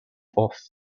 off